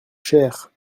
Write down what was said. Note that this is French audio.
cher